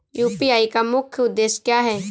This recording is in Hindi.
यू.पी.आई का मुख्य उद्देश्य क्या है?